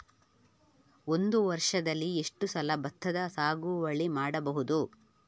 ಒಂದು ವರ್ಷದಲ್ಲಿ ಎಷ್ಟು ಸಲ ಭತ್ತದ ಸಾಗುವಳಿ ಮಾಡಬಹುದು?